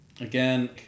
again